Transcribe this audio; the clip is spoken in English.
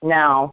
now